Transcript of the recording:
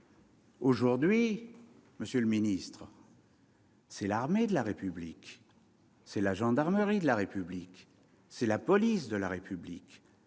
Aujourd'hui, monsieur le ministre, l'armée de la République, la gendarmerie de la République, la police de la République